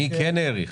מי כן העריך?